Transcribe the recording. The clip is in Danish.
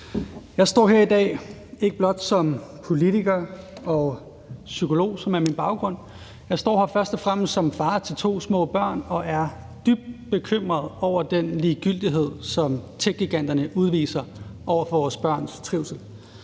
Jeg står her i dag, ikke blot som politiker og psykolog, som er min baggrund; jeg står her først og fremmest som far til to små børn og er dybt bekymret over den ligegyldighed, som techgiganterne udviser over for vores børns trivsel.